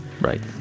Right